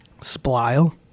Splile